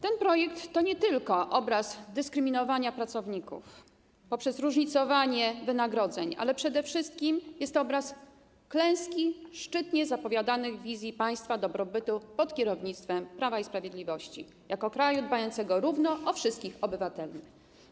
Ten projekt, to nie tylko obraz dyskryminowania pracowników poprzez różnicowanie wynagrodzeń, ale przede wszystkim jest to obraz klęski szczytnie zapowiadanych wizji państwa dobrobytu pod kierownictwem Prawa i Sprawiedliwości jako kraju dbającego w równym stopniu o wszystkich obywateli.